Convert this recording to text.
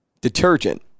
detergent